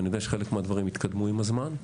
ואני יודע שחלק מהדברים התקדמו עם הזמן.